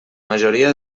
majoria